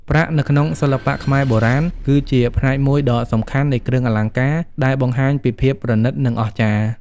ប្រាក់ នៅក្នុងសិល្បៈខ្មែរបុរាណ គឺជាផ្នែកមួយដ៏សំខាន់នៃគ្រឿងអលង្ការដែលបង្ហាញពីភាពប្រណីត និងអស្ចារ្យ។